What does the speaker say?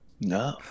No